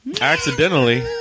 accidentally